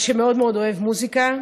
אבל מאוד מאוד אוהב מוזיקה.